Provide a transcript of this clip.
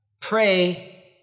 pray